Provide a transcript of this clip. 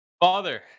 Father